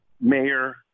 mayor